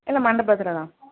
இல்லை மண்டபத்தில் தான்